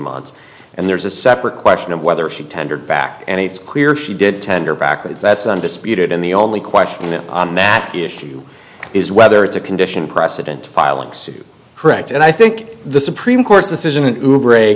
months and there's a separate question of whether she tendered back and it's clear she did tender back if that's undisputed in the only question that on that issue is whether it's a condition precedent filing suit correct and i think the supreme court's decision to break